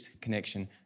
connection